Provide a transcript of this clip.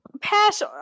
pass